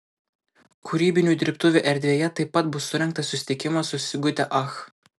kūrybinių dirbtuvių erdvėje taip pat bus surengtas susitikimas su sigute ach